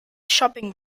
shopping